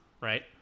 right